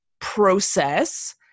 process